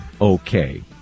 okay